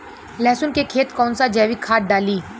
लहसुन के खेत कौन सा जैविक खाद डाली?